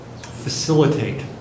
facilitate